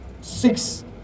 six